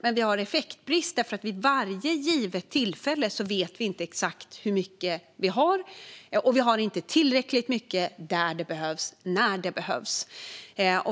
Men vi har en effektbrist, för vid varje givet tillfälle vet vi inte exakt hur mycket vi har, och vi har inte tillräckligt mycket där det behövs när det behövs.